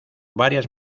varias